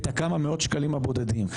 כמה מאות שקלים בודדים.